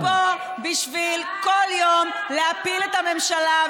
אנחנו פה כל יום בשביל להפיל את הממשלה,